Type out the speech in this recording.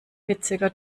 witziger